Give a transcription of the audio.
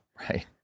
Right